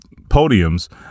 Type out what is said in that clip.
podiums